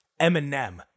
Eminem